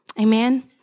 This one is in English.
amen